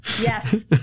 Yes